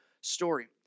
story